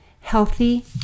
healthy